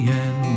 end